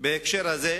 בהקשר הזה,